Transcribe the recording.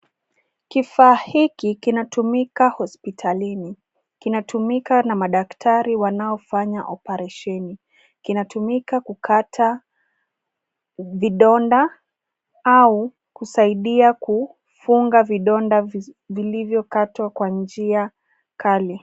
Kifaa hiki kinatumika hospitalini. Kinatumika na madaktari wanaofanya operesheni. Kinatumika kukata vidonda au kusaidia kufunga vidonda vilivyokatwa kwa njia kali.